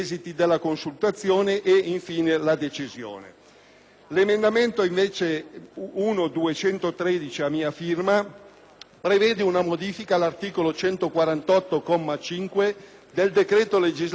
L'emendamento 1.213, a mia firma, prevede una modifica all'articolo 148, comma 5, del decreto legislativo 3 aprile 2006, n. 152,